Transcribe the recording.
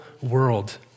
world